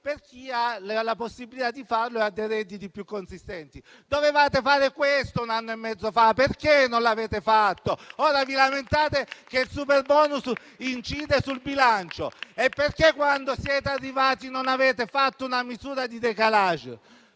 per chi ha la possibilità di farlo grazie a dei redditi più consistenti. Dovevate fare questo un anno e mezzo fa, perché non l'avete fatto? Ora vi lamentate che il superbonus incide sul bilancio: perché quando siete arrivati non avete fatto una misura di *décalage*?